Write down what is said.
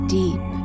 deep